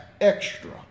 extra